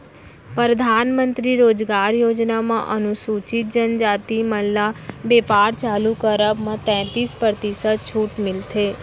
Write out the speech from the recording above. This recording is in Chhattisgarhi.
परधानमंतरी रोजगार योजना म अनुसूचित जनजाति मन ल बेपार चालू करब म तैतीस परतिसत छूट मिलथे